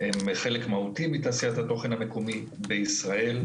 הם חלק מהותי מתעשיית התוכן המקומי בישראל,